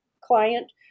client